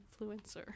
influencer